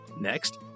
Next